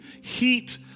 heat